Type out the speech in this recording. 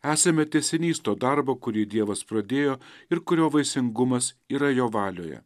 esame tęsinys to darbo kurį dievas pradėjo ir kurio vaisingumas yra jo valioje